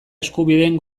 eskubideen